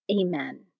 Amen